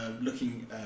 looking